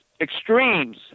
extremes